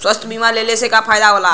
स्वास्थ्य बीमा लेहले से का फायदा होला?